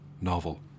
novel